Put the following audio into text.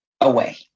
away